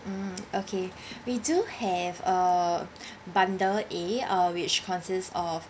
mmhmm okay we do have uh bundle a uh which consists of